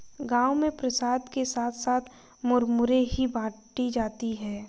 गांव में प्रसाद के साथ साथ मुरमुरे ही बाटी जाती है